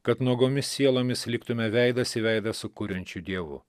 kad nuogomis sielomis liktume veidas į veidą su kuriančiu dievu